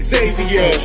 Xavier